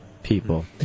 people